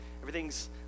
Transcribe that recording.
everything's